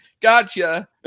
gotcha